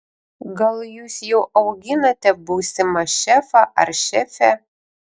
gal jūs jau auginate būsimą šefą ar šefę